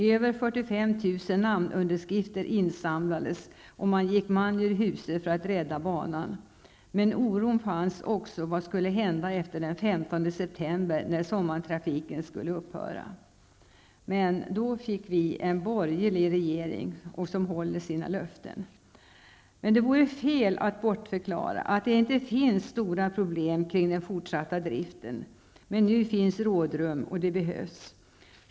Över 45 000 namnunderskrifter insamlades, och folk gick man ur huse för att rädda banan. Men oron fanns också för vad som skulle hända efter den 15 Men då fick vi en borgerlig regering som håller sina löften! Det vore fel att säga att det inte finns stora problem kring den fortsatta driften -- men nu finns rådrum, och det behövs.